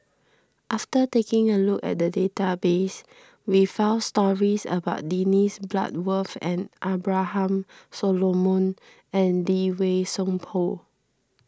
after taking a look at the database we found stories about Dennis Bloodworth and Abraham Solomon and Lee Wei Song Paul